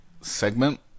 segment